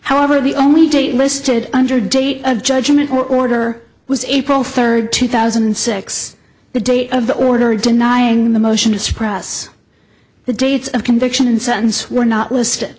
however the only date listed under date of judgment or order was april third two thousand and six the date of the order denying the motion to suppress the dates of conviction and sentence were not listed